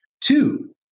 Two